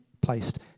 placed